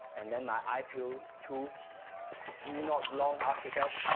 and then my ipo two not long after that